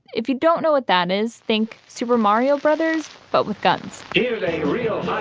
if you don't know what that is. think super mario brothers but with guns, here's a real